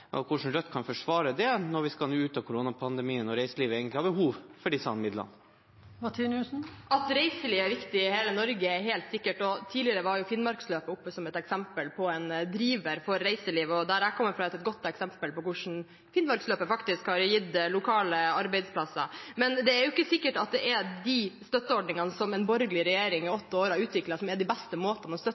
kan Rødt forsvare det når vi nå skal ut av koronapandemien og reiselivet egentlig har behov for disse midlene? At reiseliv er viktig i hele Norge, er helt sikkert. Tidligere var Finnmarksløpet oppe som et eksempel på en driver for reiselivet, og der jeg kommer fra, er et godt eksempel på hvordan Finnmarksløpet faktisk har gitt lokale arbeidsplasser. Men det er ikke sikkert at de støtteordningene som en borgerlig regjering i åtte år har utviklet, er den beste måten å støtte